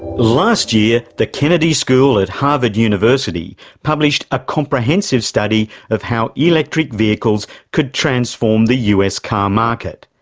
last year, the kennedy school at harvard university published a comprehensive study of how electric vehicles could transform the us car market,